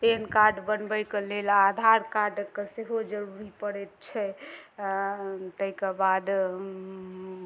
PAN card बनबय कऽ लेल आधार कार्डके सेहो जरूरी पड़ैत छै तैके बाद